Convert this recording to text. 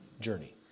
journey